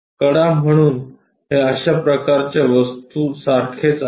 कडा म्हणून हे अश्या प्रकारच्या वस्तू सारखेच आहे